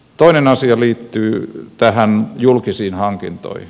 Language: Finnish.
toinen asia liittyy julkisiin hankintoihin